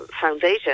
foundation